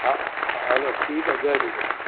हा हलो ठीकु आहे जय झूलेलाल